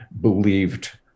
believed